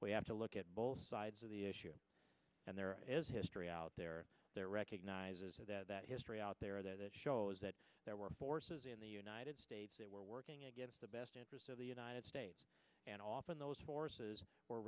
we have to look at both sides of the issue and there is history out there there recognizes that history out there that shows that there were forces in the united states that were working against the best interests of the united states and often those forces or